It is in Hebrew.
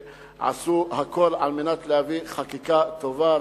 שעשו הכול על מנת להביא חקיקה טובה,